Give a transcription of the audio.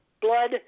blood